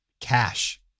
Cash